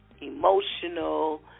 emotional